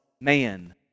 man